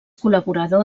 col·laborador